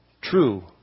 True